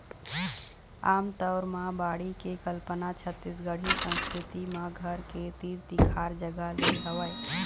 आमतौर म बाड़ी के कल्पना छत्तीसगढ़ी संस्कृति म घर के तीर तिखार जगा ले हवय